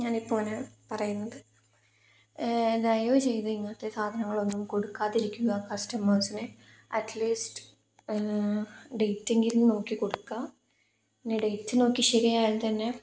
ഞാനിപ്പോള് ഇങ്ങനെ പറയുന്നത് ദയവ് ചെയ്ത് ഇങ്ങനത്തെ സാധനങ്ങളൊന്നും കൊടുക്കാതിരിക്കുക കസ്റ്റമേഴ്സിന് അറ്റ് ലീസ്റ്റ് ഡേറ്റെങ്കിലും നോക്കി കൊടുക്കുക പിന്നെ ഡേറ്റ് നോക്കി ശരിയായാൽ തന്നെ